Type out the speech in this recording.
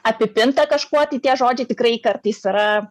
apipinta kažkuo tai tie žodžiai tikrai kartais yra